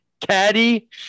Caddy